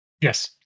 Yes